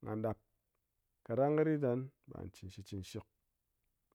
nga ɗap kaɗang kɨ rit ngan ɓe ngha chin shikchin kɨ shik